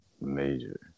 Major